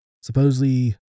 supposedly